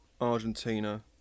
Argentina